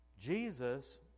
Jesus